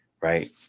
right